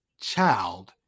child